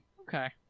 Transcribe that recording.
Okay